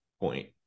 point